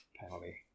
penalty